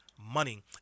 money